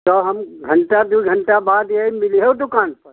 तो हम घंटा दो घंटा बाद ऐब मिलिहों दुकान पर